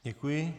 Děkuji.